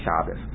Shabbos